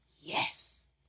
yes